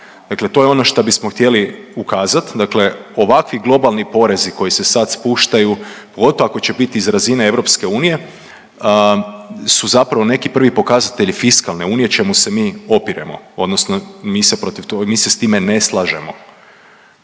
Dakle to je ono što bismo htjeli ukazati, dakle ovakvi globalni porezi koji se sad spuštaju, pogotovo ako će biti iz razine EU, su zapravo neki prvi pokazatelji fiskalne unije, čemu se mi opiremo, odnosno mi se protiv, mi se